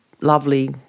lovely